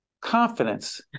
confidence